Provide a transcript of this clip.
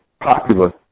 popular